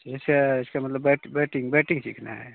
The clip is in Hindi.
वैसे इसका मतलब बैटिंग बैटिंग सीखना है